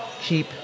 keep